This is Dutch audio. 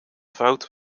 fout